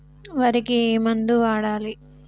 వరికి ఏ మందు వాడాలి?